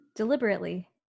deliberately